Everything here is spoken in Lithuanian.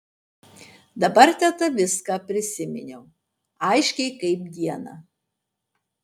dabar teta viską prisiminiau aiškiai kaip dieną